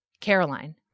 Caroline